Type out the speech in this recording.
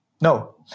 No